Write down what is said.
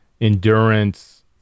endurance